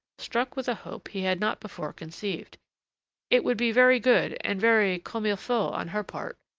struck with a hope he had not before conceived it would be very good and very comme il faut on her part!